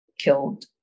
killed